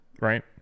right